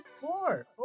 Four